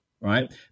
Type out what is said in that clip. right